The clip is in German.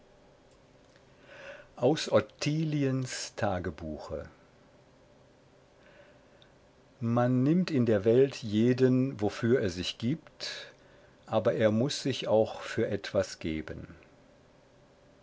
aus ottiliens tagebuche man nimmt in der welt jeden wofür er sich gibt aber er muß sich auch für etwas geben